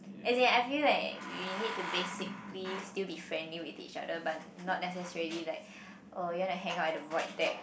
as in I feel like we need to basically still be friendly with each other but not necessarily like oh you wanna hangout at the void deck